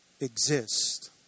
exist